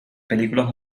películas